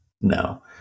No